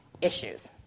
issues